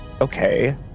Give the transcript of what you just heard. okay